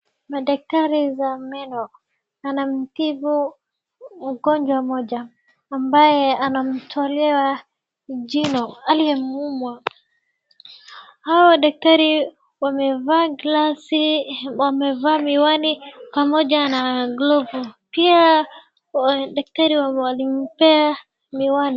Madaktari za meno, wanamtibu mgonjwa mmoja, ambaye anamtolea jino aliyemuuma. Hawa daktari wamevaa glasi, wamevaa miwani pamoja na glovu. Pia daktari walimpea miwani.